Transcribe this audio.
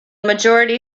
majority